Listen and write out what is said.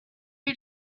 you